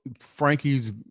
Frankie's